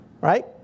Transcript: right